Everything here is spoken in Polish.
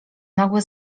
nagłe